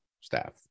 staff